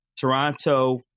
Toronto –